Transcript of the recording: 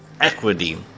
Equity